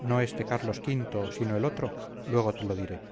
no este carlos v sino el otro luego te lo diré